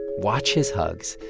watch his hugs,